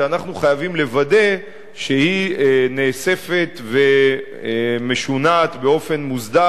שאנחנו חייבים לוודא שהיא נאספת ומשונעת באופן מוסדר